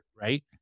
Right